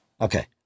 Okay